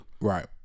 Right